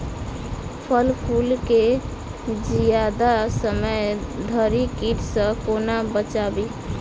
फल फुल केँ जियादा समय धरि कीट सऽ कोना बचाबी?